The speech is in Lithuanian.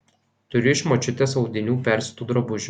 turiu iš močiutės audinių persiūtų drabužių